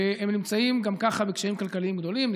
והם נמצאים גם ככה בקשיים כלכליים גדולים,